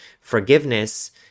forgiveness